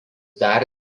dar